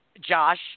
Josh